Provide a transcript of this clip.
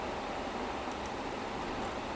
oh actually okay